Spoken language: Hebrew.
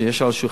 שיש על השולחן,